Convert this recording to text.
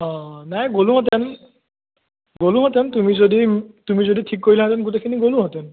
অ' নাই গ'লোহেঁতেন গ'লোহেঁতেন তুমি যদি তুমি যদি ঠিক কৰিলাহেঁতেন গোটেখিনি গ'লোহেঁতেন